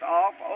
off